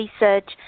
research